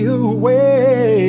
away